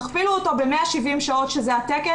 תכפילו אותו ב-170 שעות שזה התקן,